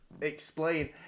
explain